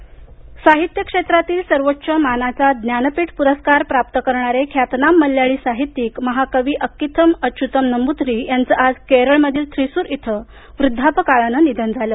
निधन साहित्य क्षेत्रातील सर्वोच्च मानाचा ज्ञानपीठ पुरस्कार प्राप्त करणारे ख्यातनाम मल्याळी साहित्यिक महाकवी अककीथम अच्युतम नंबुथीरी यांच आज केरळमधील थ्रीसुर इथं वृद्धापकाळानं निधन झालं